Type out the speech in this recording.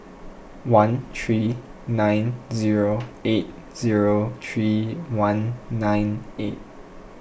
one three nine zero eight zero three one nine eight